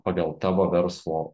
pagal tavo verslo